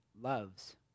loves